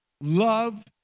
love